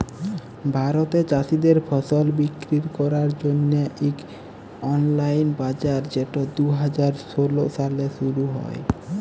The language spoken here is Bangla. ভারতে চাষীদের ফসল বিক্কিরি ক্যরার জ্যনহে ইক অললাইল বাজার যেট দু হাজার ষোল সালে শুরু হ্যয়